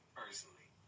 personally